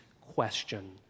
question